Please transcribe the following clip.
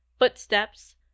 Footsteps